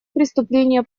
преступления